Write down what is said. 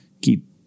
keep